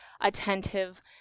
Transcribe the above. attentive